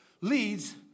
leads